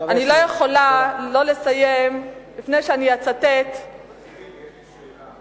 אני לא יכולה לסיים לפני שאני אצטט, יש לי שאלה.